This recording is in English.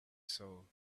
soul